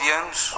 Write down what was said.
anos